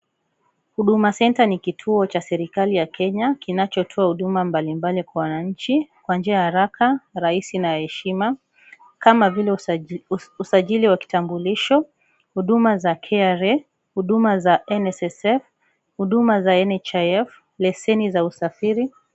Huduma Centre ni kituo cha serekali ya Kenya, kinachotoa huduma mbalimbali kwa wananchi kwa njia ya haraka, rahisi na ya heshima, kama vile usajili wa kitambulisho, huduma za KRA, huduma za NSSF, huduma za NHIF, leseni za usafiri.